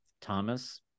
Thomas